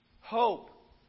hope